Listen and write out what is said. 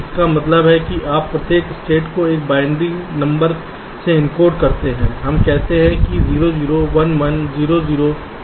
इसका मतलब है कि आप प्रत्येक स्टेट को एक बाइनरी नंबर से एनकोड करते हैं हम कहते हैं कि मैं 0 0 1 1 0 0 1 देता हूं